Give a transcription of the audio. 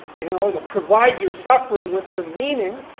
you know it'll provide your suffering with some meaning.